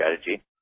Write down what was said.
strategy